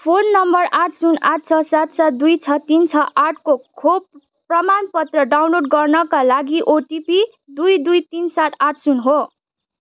phone नम्बर आठ सुन आठ छ सात सात दुई छ तिन छ आठ को खोप प्रमाणपत्र डाउनलोड गर्नाका लागि ओटिपी दुई दुई तिन सात आठ शून्य हो